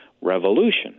revolution